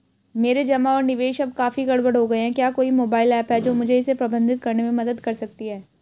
मेरे जमा और निवेश अब काफी गड़बड़ हो गए हैं क्या कोई मोबाइल ऐप है जो मुझे इसे प्रबंधित करने में मदद कर सकती है?